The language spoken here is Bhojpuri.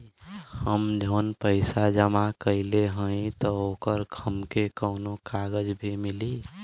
हम जवन पैसा जमा कइले हई त ओकर हमके कौनो कागज भी मिली?